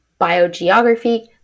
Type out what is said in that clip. biogeography